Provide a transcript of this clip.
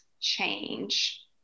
change